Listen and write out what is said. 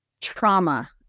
trauma